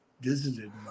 visited